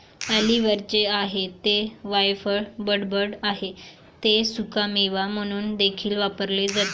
ऑलिव्हचे आहे ते वायफळ बडबड आहे ते सुकामेवा म्हणून देखील वापरले जाते